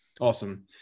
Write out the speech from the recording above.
Awesome